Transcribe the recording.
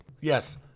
Yes